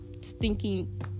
stinking